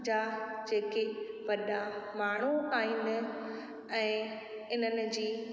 जा जेके वॾा माण्हूं आहिनि ऐं इन्हनि जी